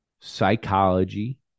psychology